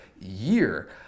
year